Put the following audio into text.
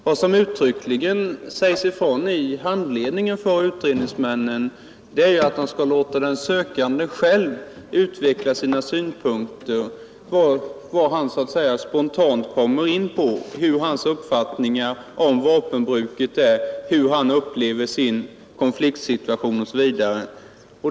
Vad som uttryckligen sägs i handledningen för utredningsmannen är att han skall låta den sökande själv utveckla sina synpunkter och berätta vad han spontant kommer in på, hur hans uppfattning om vapenbruk är, hur han upplever sin konfliktsituation osv.